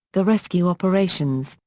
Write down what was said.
the rescue operations,